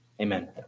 Amen